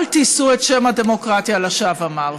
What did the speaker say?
אל תישאו את שם הדמוקרטיה לשווא.